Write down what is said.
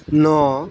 ন